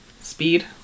speed